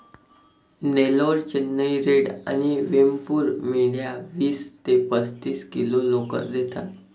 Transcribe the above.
Nellore, Chennai red आणि वेमपूर मेंढ्या वीस ते पस्तीस किलो लोकर देतात